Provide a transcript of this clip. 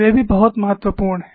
वे भी बहुत महत्वपूर्ण हैं